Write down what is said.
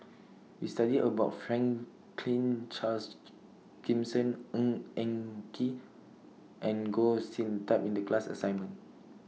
We studied about Franklin Charles Gimson Ng Eng Kee and Goh Sin Tub in The class assignment